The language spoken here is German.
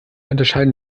unterscheiden